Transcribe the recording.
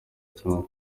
cyangwa